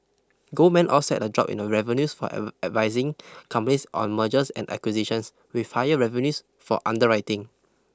Goldman offset a drop in the revenues for advising companies on mergers and acquisitions with higher revenues for underwriting